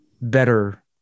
better